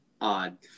odd